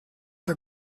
der